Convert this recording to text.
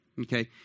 Okay